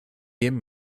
jem